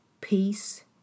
Peace